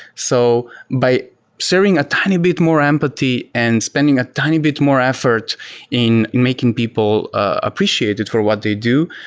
so by serving a tiny bit more empathy and spending a tiny bit more effort in making people appreciate it for what they do,